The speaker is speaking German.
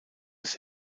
des